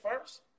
first